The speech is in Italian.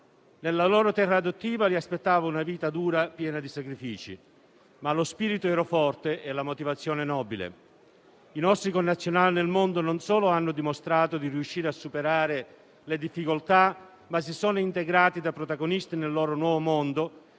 Nella loro terra adottiva li aspettava una vita dura, piena di sacrifici, ma lo spirito era forte e la motivazione nobile. I nostri connazionali nel mondo non solo hanno dimostrato di riuscire a superare le difficoltà, ma si sono integrati da protagonisti nel loro nuovo mondo,